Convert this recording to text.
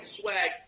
swag